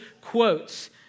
quotes